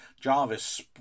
Jarvis